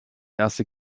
erste